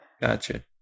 Gotcha